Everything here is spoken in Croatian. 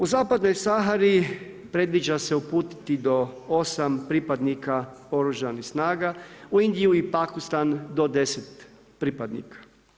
U Zapadnoj Sahari predviđa se uputiti do osam pripadnika oružanih snaga, u Indiju i Pakistan do deset pripadnika.